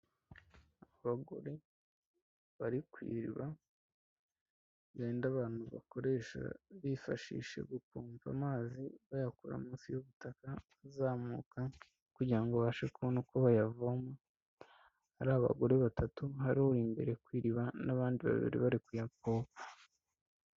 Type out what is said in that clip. Abagore bari ku iriba rinda abantu bakoresha bifashishije gukumva amazi bayakura munsi y'ubutaka azamuka kugirango babashe kubona uko bayavoma hari abagore batatu hari uri imbere ku iriba n'abandi babiri bari kuyakoka.